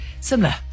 similar